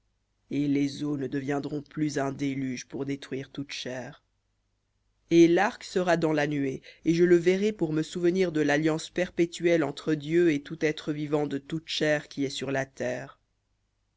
et les eaux ne deviendront plus un déluge pour détruire toute chair et l'arc sera dans la nuée et je le verrai pour me souvenir de l'alliance perpétuelle entre dieu et tout être vivant de toute chair qui est sur la terre